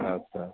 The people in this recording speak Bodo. आदसा